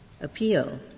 appeal